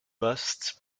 vaste